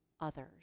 others